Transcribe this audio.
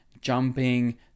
jumping